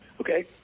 Okay